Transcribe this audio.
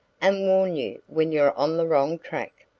and warn you when you're on the wrong track.